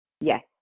Yes